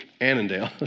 Annandale